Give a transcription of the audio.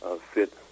fit